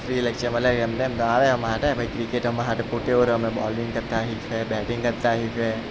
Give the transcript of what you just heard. free lecture મળે કે એમ તેમ તો આવે અમારી સાથે પછી ક્રિકેટ અમારી સાથે પોતે હો રમે બોલીંગ કરતા શીખવે બેટિંગ કરતા શીખવે